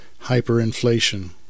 hyperinflation